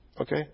Okay